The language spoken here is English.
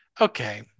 Okay